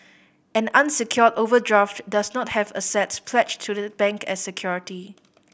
an unsecured overdraft does not have assets pledged to the bank as security